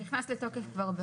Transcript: הוא נכנס לתוקף כבר,